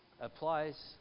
applies